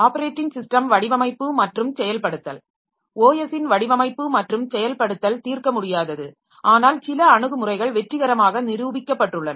operating system வடிவமைப்பு மற்றும் செயல்படுத்தல் OS இன் வடிவமைப்பு மற்றும் செயல்படுத்தல் தீர்க்க முடியாதது ஆனால் சில அணுகுமுறைகள் வெற்றிகரமாக நிரூபிக்கப்பட்டுள்ளன